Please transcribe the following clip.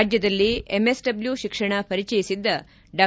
ರಾಜ್ಜದಲ್ಲಿ MS W ಶಿಕ್ಷಣ ಪರಿಚಯಿಸಿದ್ದ ಡಾ